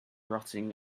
rotting